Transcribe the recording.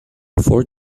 four